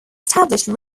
established